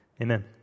Amen